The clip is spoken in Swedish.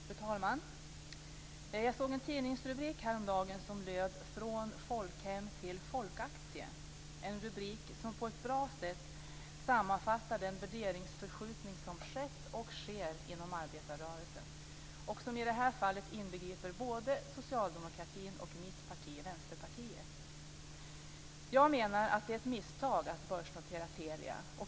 Fru talman! Jag såg en tidningsrubrik häromdagen som löd Från folkhem till folkaktie, en rubrik som på ett bra sätt sammanfattar den värderingsförskjutning som skett och sker inom arbetarrörelsen, och som i det här fallet inbegriper både socialdemokratin och mitt parti, Vänsterpartiet. Jag menar att det är ett misstag att börsnotera Telia.